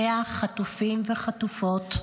100 חטופים וחטופות,